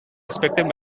respective